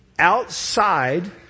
outside